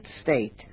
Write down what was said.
state